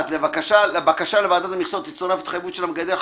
" לבקשה לוועדת המכסות תצורף התחייבות של המגדל,